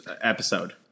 episode